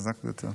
חזק יותר.